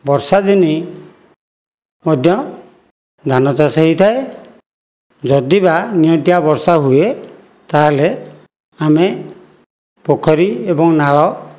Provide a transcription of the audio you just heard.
ବର୍ଷାଦିନେ ମଧ୍ୟ ଧାନ ଚାଷ ହେଇଥାଏ ଯଦିବା ନିଅଣ୍ଟିଆ ବର୍ଷା ହୁଏ ତାହେଲେ ଆମେ ପୋଖରୀ ଏବଂ ନାଳ